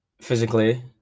physically